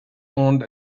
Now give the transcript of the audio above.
owned